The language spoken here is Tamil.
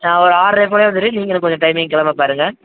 ஆ ஒரு ஆறரை போல் வந்துடறேன் நீங்களும் கொஞ்சம் டைமிங்க்கு கிளம்பப் பாருங்கள்